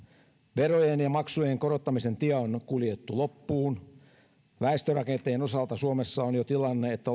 verojen ja maksujen korottamisen tie on kuljettu loppuun väestörakenteen osalta suomessa on jo tilanne että